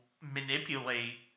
manipulate